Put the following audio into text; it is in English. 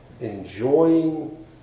Enjoying